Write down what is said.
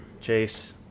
Chase